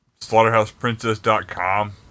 SlaughterhousePrincess.com